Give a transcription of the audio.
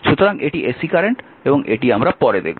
সুতরাং এটি AC current এবং এটি আমরা পরে দেখব